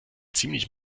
ziemlich